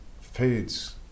fades